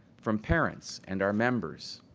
from parents and our members.